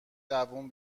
دووم